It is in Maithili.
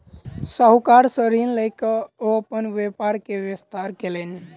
साहूकार सॅ ऋण लय के ओ अपन व्यापार के विस्तार कयलैन